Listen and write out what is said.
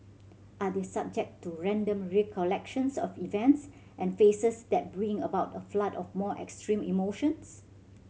are they subject to random recollections of events and faces that bring about a flood of more extreme emotions